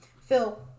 Phil